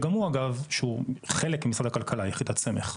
שהוא חלק ממשרד הכלכלה יחידת סמך,